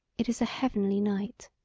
it is a heavenly night.